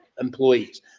Employees